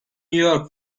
york